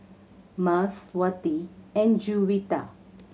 Mas Wati and Juwita